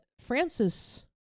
Francis